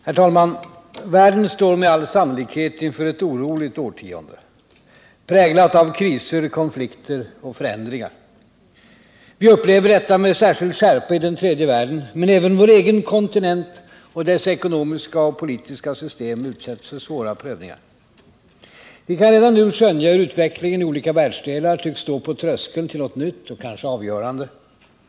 Herr talman! Världen står med all sannolikhet inför ett oroligt årtionde, präglat av kriser, konflikter och förändringar. Vi upplever detta med särskild skärpa i den tredje världen, men även vår egen kontinent och dess ekonomiska och politiska system utsätts för svåra prövningar. Vi kan redan nu skönja hur utvecklingen i olika världsdelar tycks stå på tröskeln till något nytt och kanske avgörande.